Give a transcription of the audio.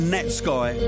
Netsky